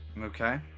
Okay